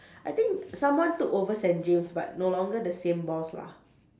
I think someone took over Saint James but no longer the same boss lah